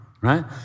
right